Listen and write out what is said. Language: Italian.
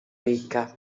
ricca